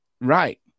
right